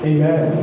Amen